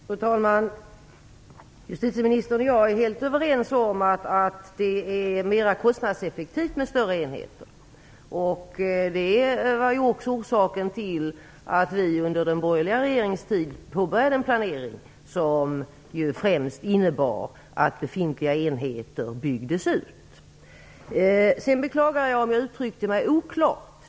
Fru talman! Justitieministern och jag är helt överens om att det är mera kostnadseffektivt med större enheter. Det är orsaken till att vi under den borgerliga regeringens tid påbörjade en planering som främst innebar att befintliga enheter byggdes ut. Jag beklagar om jag uttryckte mig oklart.